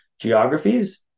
geographies